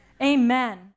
amen